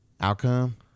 Outcome